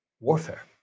warfare